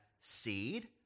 seed